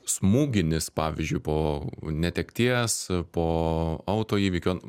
smūginis pavyzdžiui po netekties po autoįvykio